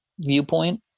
viewpoint